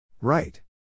Right